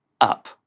up